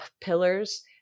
pillars